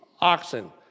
oxen